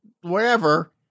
wherever